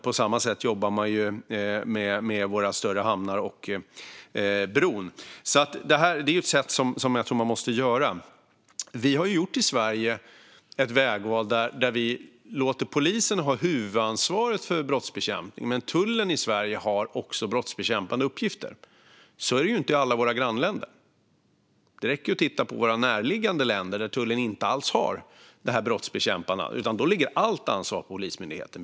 På samma sätt jobbar man med våra större hamnar och med bron. Det är alltså ett sätt man måste använda. Vi har i Sverige gjort ett vägval där vi låter polisen ha huvudansvaret för brottsbekämpning, men tullen i Sverige har också brottsbekämpande uppgifter. Så är det inte i alla våra grannländer; det räcker ju att titta på våra närliggande länder, där tullen inte alls har det här brottsbekämpande uppdraget. Då ligger i stället allt ansvar på polismyndigheten.